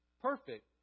perfect